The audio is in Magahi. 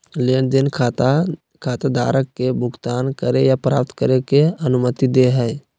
लेन देन खाता खाताधारक के भुगतान करे या प्राप्त करे के अनुमति दे हइ